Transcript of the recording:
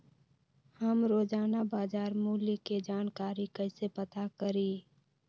हम रोजाना बाजार मूल्य के जानकारी कईसे पता करी?